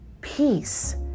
peace